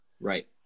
right